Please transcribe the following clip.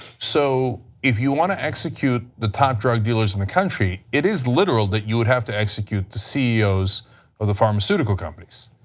so if you want to execute the top drug dealers in the country it is literal that you would have to execute the ceos of the pharmaceutical companies.